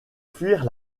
fuir